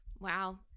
wow